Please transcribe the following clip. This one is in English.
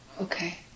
Okay